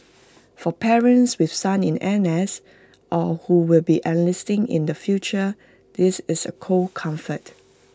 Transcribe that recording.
for parents with sons in N S or who will be enlisting in the future this is A cold comfort